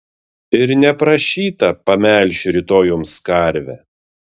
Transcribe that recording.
ir neprašyta pamelšiu rytoj jums karvę